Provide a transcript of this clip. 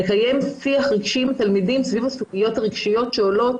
לקיים שיח רגשי עם התלמידים סביב הסוגיות הרגשיות שעולות,